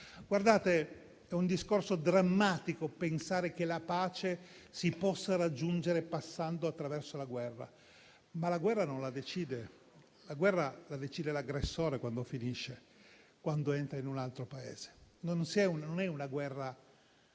Guardate: è un discorso drammatico pensare che la pace si possa raggiungere passando attraverso la guerra, ma la guerra la decide l'aggressore quando finisce, quando entra in un altro Paese. Non è una guerra